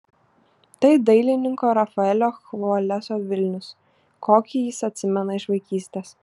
tai dailininko rafaelio chvoleso vilnius kokį jis atsimena iš vaikystės